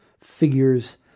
figures